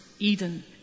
Eden